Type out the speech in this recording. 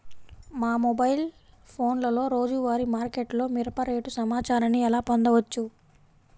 మా మొబైల్ ఫోన్లలో రోజువారీ మార్కెట్లో మిరప రేటు సమాచారాన్ని ఎలా పొందవచ్చు?